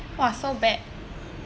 !wah! so bad